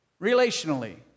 relationally